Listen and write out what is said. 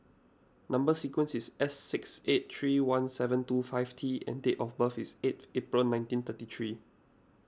Number Sequence is S six eight three one seven two five T and date of birth is eight April nineteen thirty three